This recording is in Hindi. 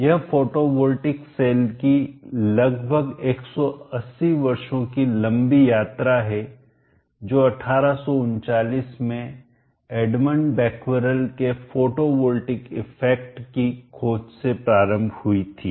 यह फोटो वोल्टिक सेल की लगभग 180 वर्षों की लंबी यात्रा है जो 1839 में एडमंड बैक्वेरेल के फोटोवॉल्टिक इफेक्ट की खोज से प्रारंभ हुई थी